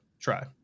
try